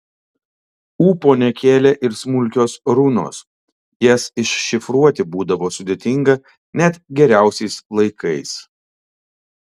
ūpo nekėlė ir smulkios runos jas iššifruoti būdavo sudėtinga net geriausiais laikais